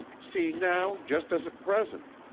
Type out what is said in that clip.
see now, just as at present.